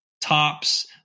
tops